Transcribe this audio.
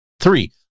Three